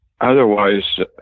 Otherwise